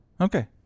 Okay